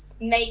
make